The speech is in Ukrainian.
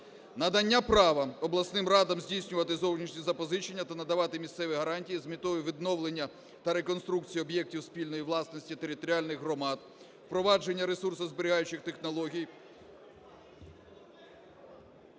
надання права обласним радам здійснювати зовнішні запозичення та надавати місцеві гарантії з метою відновлення, та реконструкції об'єктів спільної власності територіальних громад, впровадження ресурсу зберігаючих технологій…